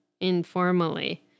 informally